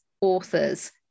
authors